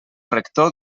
rector